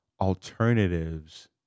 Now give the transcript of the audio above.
alternatives